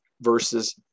versus